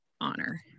honor